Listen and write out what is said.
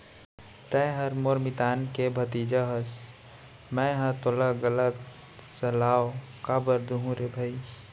तैंहर मोर मितान के भतीजा हस मैंहर तोला गलत सलाव काबर दुहूँ रे भई